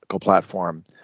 platform